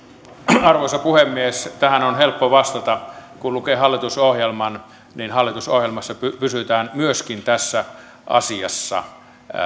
arvoisa puhemies tähän on helppo vastata kun lukee hallitusohjelman niin hallitusohjelmassa pysytään myöskin tässä asiassa